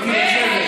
בקרשנדו,